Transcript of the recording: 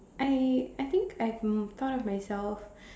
I I think I have proud of myself